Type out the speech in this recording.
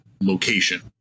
location